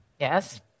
Yes